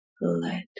let